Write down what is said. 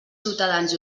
ciutadans